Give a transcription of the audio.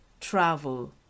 travel